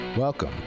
welcome